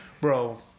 bro